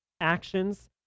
actions